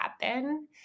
happen